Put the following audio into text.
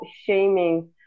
shaming